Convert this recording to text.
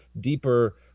deeper